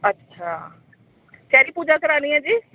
अच्छा केह्दी पूजा करानी ऐ जी